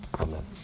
Amen